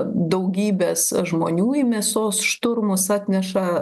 daugybės žmonių į mėsos šturmus atneša